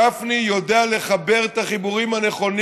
גפני יודע לחבר את החיבורים הנכונים